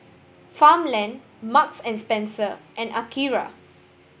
Farmland Marks and Spencer and Akira